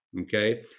Okay